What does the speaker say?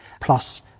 plus